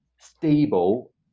stable